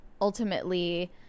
ultimately